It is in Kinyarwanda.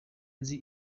nzi